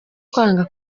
kwanga